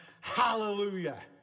hallelujah